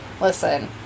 listen